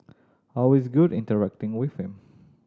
always good interacting with him